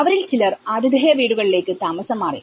അവരിൽ ചിലർ ആതിഥേയ വീടുകളിലേക്ക് താമസം മാറി